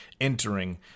entering